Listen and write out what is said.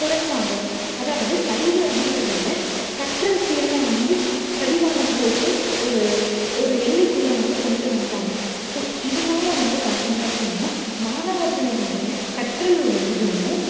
கொறைச்சாங்க அதாவது அறிவு அப்படின்றதவிட கற்றல் திறனை வந்து கடிவாளம் போட்டு ஒரு ஒரு எல்லைக்குள்ளே வந்து கொண்டுட்டு வந்துட்டாங்க ஸோ இதனால வந்து பார்த்திங்க அப்படின்னா மாணவர்களினுடைய கற்றலோட இதுவும்